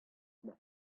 mañ